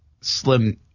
slim